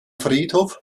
friedhof